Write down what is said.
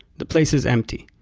the place is empty.